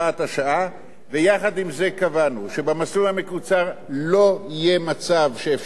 ועם זה קבענו שבמסלול המקוצר לא יהיה מצב שאפשר לקבל שכר טרחת עורך-דין,